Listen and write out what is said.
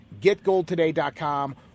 getgoldtoday.com